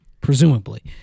presumably